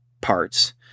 parts